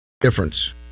Difference